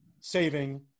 saving